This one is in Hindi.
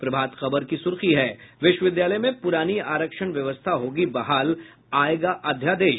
प्रभात खबर की सुर्खी है विश्वविद्यालय में पुरानी आरक्षण व्यवस्था होगी बहाल आयेगा अध्यादेश